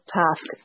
task